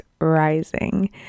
Rising